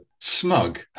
smug